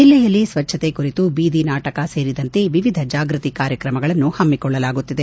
ಜಿಲ್ಲೆಯಲ್ಲಿ ಸ್ವಚ್ಛತೆ ಕುರಿತು ಬೀದಿ ನಾಟಕ ಸೇರಿದಂತೆ ವಿವಿಧ ಜಾಗ್ಯತಿ ಕಾರ್ಯಕ್ರಮಗಳನ್ನು ಹಮ್ನಿಕೊಳ್ಳಲಾಗುತ್ತಿದೆ